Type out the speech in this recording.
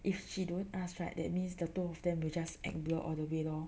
if she don't ask right that means the two of them were just act blur all the way lor